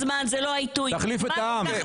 תחליף את העם.